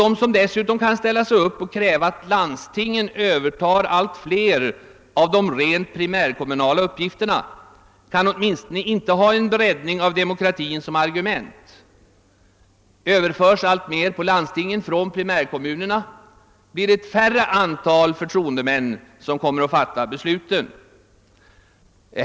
De som dessutom kräver att landstingen skall överta allt fler av de rent primärkommunala uppgifterna kan åtminstone inte ha en breddning av demokratin som argument. Överförs mer och mer till lands, tingen från primärkommunerna blir det ett mindre antal förtroendemän som kommer att fatta besluten.